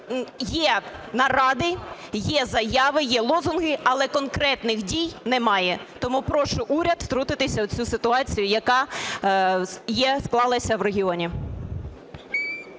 є наради, є заяви, є лозунги, але конкретних дій немає. Тому прошу уряд втрутитися в цю ситуацію, яка є склалася в регіоні.